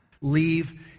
Leave